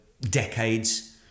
decades